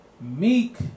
Meek